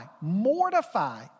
mortify